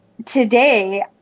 today